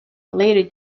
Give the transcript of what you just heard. later